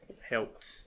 helped